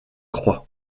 croix